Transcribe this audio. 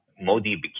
Modi